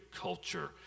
culture